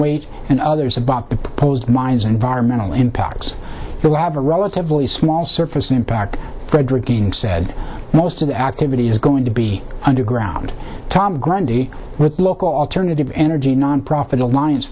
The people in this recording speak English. weight and others about the proposed mines environmental impacts the lab the relatively small surface impact frederick being said most of the activity is going to be underground tom grundy with the local alternative energy nonprofit alliance